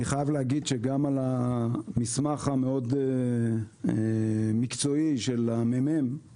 אני חייב להגיד שגם במסמך המאוד מקצועי של הממ"מ